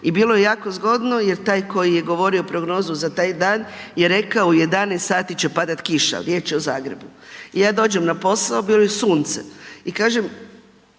i bilo je jako zgodno jer taj koji je govorio prognozu za taj dan je rekao u 11 sati će padati kiša, riječ je o Zagrebu. I ja dođem na posao bilo je sunce i kažem